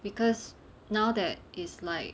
because now that is like